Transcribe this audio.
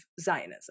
Zionism